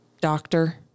doctor